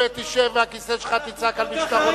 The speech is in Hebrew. שב בכיסא שלך, תצעק על מי שאתה רוצה.